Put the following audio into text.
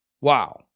Wow